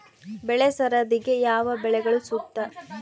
ಬೆಳೆ ಸರದಿಗೆ ಯಾವ ಬೆಳೆಗಳು ಸೂಕ್ತ?